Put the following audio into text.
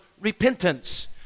repentance